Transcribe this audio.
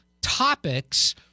topics